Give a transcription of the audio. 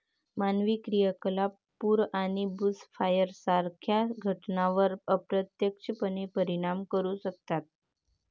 मानवी क्रियाकलाप पूर आणि बुशफायर सारख्या घटनांवर अप्रत्यक्षपणे परिणाम करू शकतात